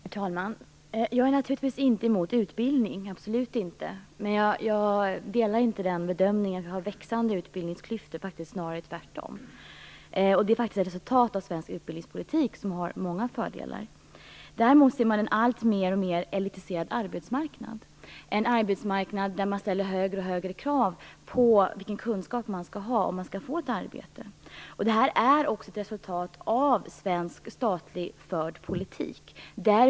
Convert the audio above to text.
Herr talman! Jag är naturligtvis inte emot utbildning, absolut inte. Men jag delar inte bedömningen att vi har växande utbildningsklyftor. Det är faktiskt snarare tvärtom. Det är ett resultat av svensk utbildningspolitik som har många fördelar. Däremot ser man en alltmer elitiserad arbetsmarknad. Det är en arbetsmarknad där man ställer högre och högre krav på vilken kunskap man skall ha om man skall få ett arbete. Detta är ett resultat av den förda statliga politiken i Sverige.